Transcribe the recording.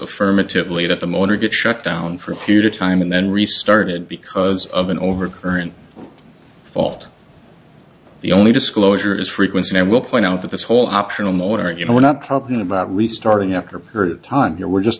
affirmatively that a moaner get shut down for a period of time and then restarted because of an over current fault the only disclosure is frequency and will point out that this whole optional moment you know we're not talking about restarting after a period of time here we're just